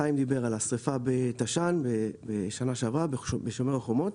חיים דיבר על השריפה בתש"ן בשנה שעברה בשומר החומות.